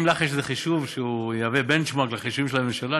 אם לך יש איזה חישוב שהוא יהווה benchmark לחישובים של הממשלה,